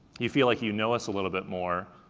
you feel like you know us a little bit more,